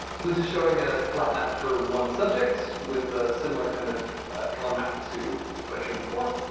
so this is showing a flat map for one subject with a similar kind of color map to what i showed before.